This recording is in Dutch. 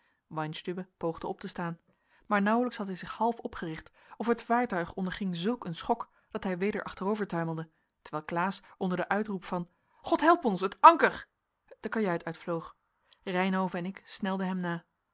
weinstübe poogde op te staan maar nauwelijks had hij zich half opgericht of het vaartuig onderging zulk een schok dat hij weder achterover tuimelde terwijl klaas onder den uitroep van god help ons het anker de kajuit uitvloog reynhove en ik snelden hem na